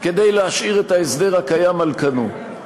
כדי להשאיר את ההסדר הקיים על כנו.